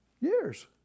years